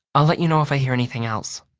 i'll let you know if i hear anything else,